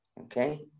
okay